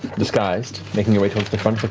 disguised, making your way towards the front of